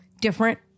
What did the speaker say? Different